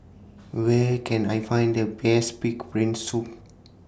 Where Can I Find The Best Pig'S Brain Soup